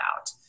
out